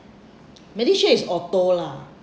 malaysia is auto lah